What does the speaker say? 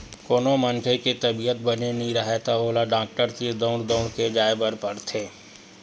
कोनो मनखे के तबीयत बने नइ राहय त ओला डॉक्टर तीर दउड़ दउड़ के जाय बर पड़थे